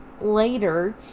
later